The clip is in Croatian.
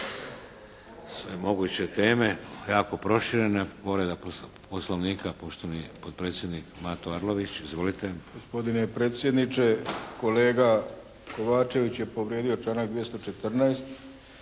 sve moguće teme jako proširene. Povreda Poslovnika poštovani potpredsjednik Mato Arlović. Izvolite. **Arlović, Mato (SDP)** Gospodine predsjedniče kolega Kovačević je povrijedio članak 214.